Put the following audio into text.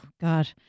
God